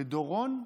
לדורון,